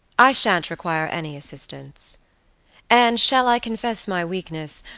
i shan't require any assistance and, shall i confess my weakness,